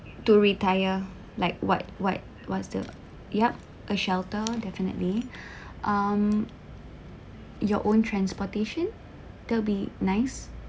to retire like what what what's the yup a shelter definitely um your own transportation that'll be nice